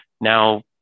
Now